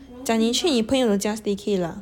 讲你去朋友家 staycay lah